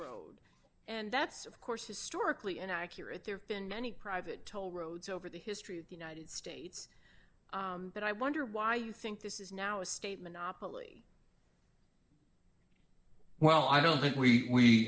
s and that's of course historically inaccurate there have been many private toll roads over the history of the united states but i wonder why you think this is now a state monopoly well i don't think